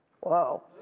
Whoa